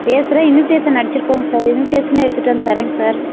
பேசுகிறேன் இன்விட்டேசன் அடிச்சுருக்கோங்க சார் இன்விட்டேசனும் எடுத்துகிட்டு வந்து தரேங்க சார்